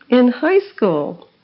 in high school?